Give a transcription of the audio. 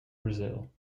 brazil